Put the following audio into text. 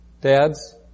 Dads